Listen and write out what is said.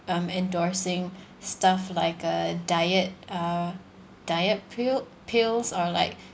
um endorsing stuff like a diet uh diet pill pills or like